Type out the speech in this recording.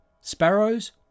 sparrows